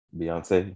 Beyonce